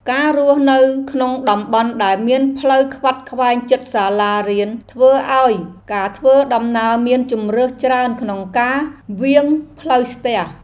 ការរស់នៅក្នុងតំបន់ដែលមានផ្លូវខ្វាត់ខ្វែងជិតសាលារៀនធ្វើឱ្យការធ្វើដំណើរមានជម្រើសច្រើនក្នុងការវាងផ្លូវស្ទះ។